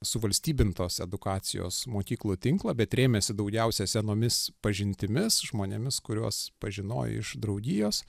suvalstybintos edukacijos mokyklų tinklą bet rėmėsi daugiausia senomis pažintimis žmonėmis kuriuos pažinojo iš draugijos